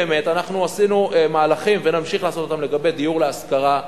עשינו מהלכים ונמשיך לעשות אותם לגבי דיור להשכרה.